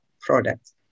products